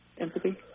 empathy